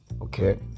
okay